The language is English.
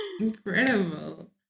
Incredible